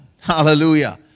Hallelujah